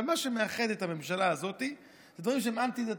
אבל מה שמאחד את הממשלה הזאת אלו דברים שהם אנטי-דתיים.